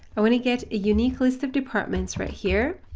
i want to get a unique list of departments right here.